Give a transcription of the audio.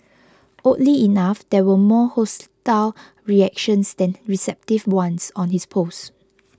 oddly enough there were more hostile reactions than receptive ones on his post